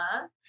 love